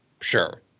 sure